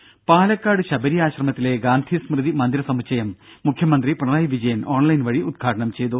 ദ്ദേ പാലക്കാട് ശബരി ആശ്രമത്തിലെ ഗാന്ധിസ്മൃതി മന്ദിര സമുച്ചയം മുഖ്യമന്ത്രി പിണറായി വിജയൻ ഓൺലൈൻ വഴി ഉദ്ഘാടനം ചെയ്തു